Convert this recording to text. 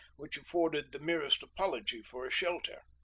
which afforded the merest apology for a shelter.